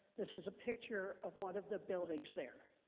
this is a picture of one of the buildings there.